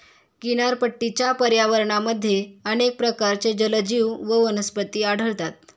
किनारपट्टीच्या पर्यावरणामध्ये अनेक प्रकारचे जलजीव व वनस्पती आढळतात